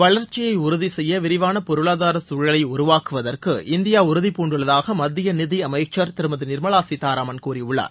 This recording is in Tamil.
வளர்ச்சியை உறுதி செய்ய விரிவான பொருளாதாரச் சூழலை உருவாக்குவதற்கு இந்தியா உறுதி பூண்டுள்ளதாக மத்திய நிதி அமைச்சர் திருமதி நிர்மலா சீத்தாராமன் கூறியுள்ளார்